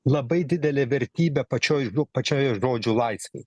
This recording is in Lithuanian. labai didelę vertybę pačioj pačioje žodžio laisvėj